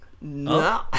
No